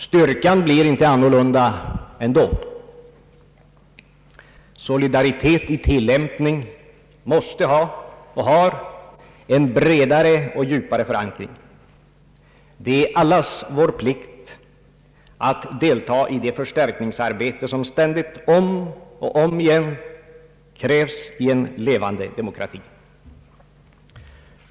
Styrkan blir inte annorlunda ändå. Solidaritet i tilllämpning måste ha och har en bredare och djupare förankring. Det är allas vår plikt att delta i det förstärkningsarbete som ständigt, om och om igen krävs i en levande demokrati.